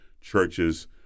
churches